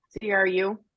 CRU